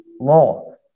law